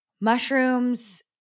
Mushrooms